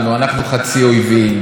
אנחנו חצי אויבים.